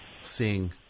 seeing